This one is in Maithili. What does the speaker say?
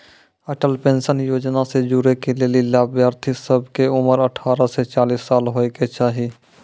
अटल पेंशन योजना से जुड़ै के लेली लाभार्थी सभ के उमर अठारह से चालीस साल होय के चाहि